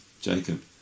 Jacob